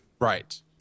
Right